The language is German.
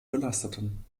belasteten